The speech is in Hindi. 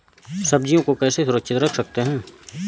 सब्जियों को कैसे सुरक्षित रख सकते हैं?